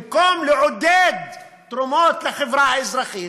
במקום לעודד תרומות לחברה האזרחית,